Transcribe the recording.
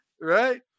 Right